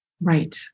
Right